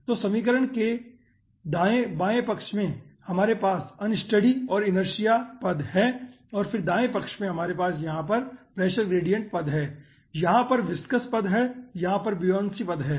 तो समीकरण के बाएं पक्ष में हमारे पास अनस्टेडी और इनर्शिया पद हैं और फिर दाएं पक्ष में हमारे पास यहाँ पर प्रेशर ग्रेडिएंट पद है यहाँ पर विसकॉस पद है यहाँ पर बुयांसी पद हैं